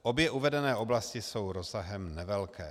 Obě uvedené oblasti jsou rozsahem nevelké.